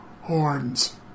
horns